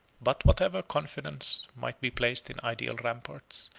but whatever confidence might be placed in ideal ramparts,